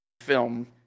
film